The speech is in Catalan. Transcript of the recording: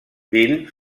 bill